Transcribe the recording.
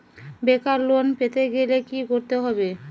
বেকার লোন পেতে গেলে কি করতে হবে?